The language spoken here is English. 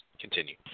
continue